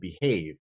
behave